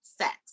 sex